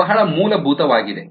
ಇದು ಬಹಳ ಮೂಲಭೂತವಾಗಿದೆ